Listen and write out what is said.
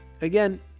Again